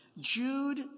Jude